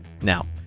Now